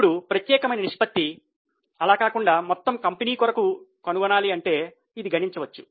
ఇప్పుడు ప్రత్యేకమైన నిష్పత్తి అలా కాకుండా మొత్తం కంపెనీ కొరకు కనుగొనాలంటే ఇది గణించవచ్చు